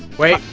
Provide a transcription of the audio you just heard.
wait.